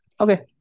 Okay